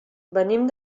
venim